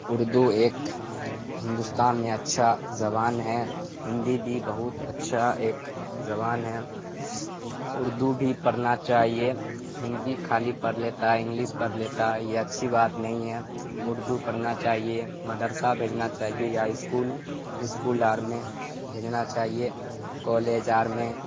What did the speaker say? اردو ایک ہندوستان میں اچھا زبان ہے ہندی بھی بہت اچھا ایک زبان ہے اردو بھی پڑھنا چاہیے ہندی خالی پڑھ لیتا ہے انگلس پڑھ لیتا ہے یہ اچھی بات نہیں ہے اردو پڑھنا چاہیے مدرسہ بھیجنا چاہیے یا اسکول اسکول آر میں بھیجنا چاہیے کالج آر میں